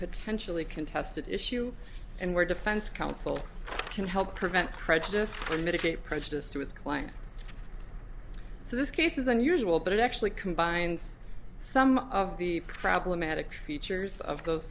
potentially contested issue and we're defense counsel can help prevent prejudice or mitigate prejudice to his client so this case is unusual but it actually combines some of the problematic features of